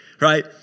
right